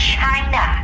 China